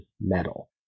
metal